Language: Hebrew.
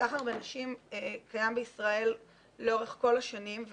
הסחר בנשים קיים בישראל לאורך כל השנים.